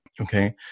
okay